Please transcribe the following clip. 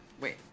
Wait